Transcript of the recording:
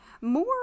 more